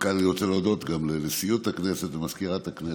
מכאן אני רוצה להודות גם לנשיאות הכנסת ולמזכירת הכנסת,